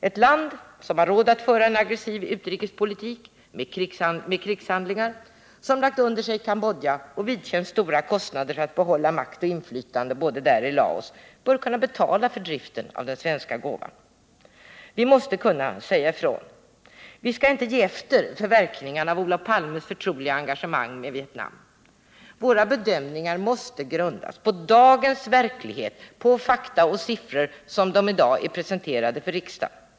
Ett land som har råd att föra en aggressiv utrikespolitik med krigshandlingar, som lagt under sig Kambodja och vidkänns stora kostnader för att behålla makt och inflytande både där och i Laos bör kunna betala för driften av den svenska gåvan. Vi måste kunna säga ifrån. Vi skall inte ge efter för verkningarna av Olof Palmes förtroliga engagemang i Vietnam. Våra bedömningar måste grundas på dagens verklighet, på fakta och siffror som dessa i dag är presenterade för riksdagen.